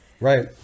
Right